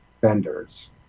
vendors